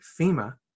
FEMA